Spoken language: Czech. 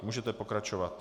Můžeme pokračovat.